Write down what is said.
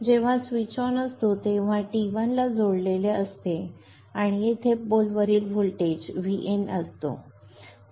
जेव्हा switch on असतो तेव्हा T1 ला जोडलेले असते आणि येथे पोल वरील व्होल्टेज Vin असतो